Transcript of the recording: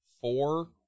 four